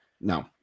No